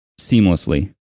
seamlessly